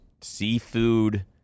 seafood